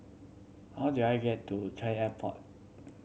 how do I get to Changi Airport